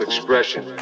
expression